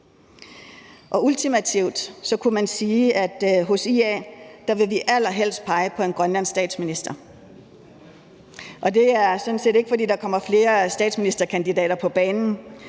Ultimativt kunne man sige, at hos IA vil vi allerhelst pege på en grønlandsk statsminister, og det er sådan set ikke, fordi der kommer flere statsministerkandidater på banen.